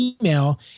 email